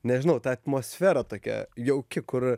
nežinau ta atmosfera tokia jauki kur